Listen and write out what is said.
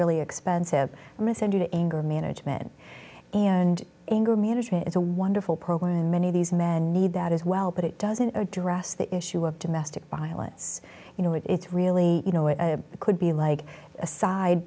really expensive and listen to the anger management and anger management it's a wonderful program many of these men need that as well but it doesn't address the issue of domestic violence you know it's really you know it could be like a side